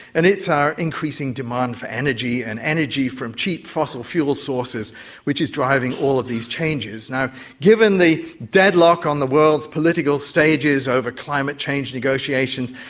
and it's our increasing demand for energy and energy from cheap fossil fuel sources which is driving all of these changes. given the deadlock on the world's political stages over climate change negotiations,